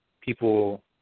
people